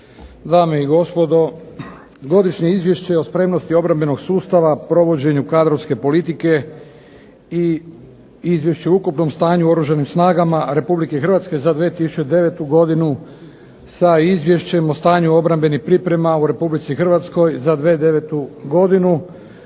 dame i gospodo. Godišnje Izvješće o spremnosti obrambenog sustava, provođenju kadrovske politike i Izvješće o ukupnom stanju u Oružanim snagama RH za 2009. godinu sa Izvješćem o stanju obrambenih priprema u RH za 2009. godinu